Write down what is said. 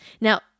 Now